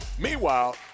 Meanwhile